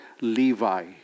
Levi